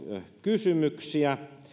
kysymyksiä